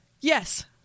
yes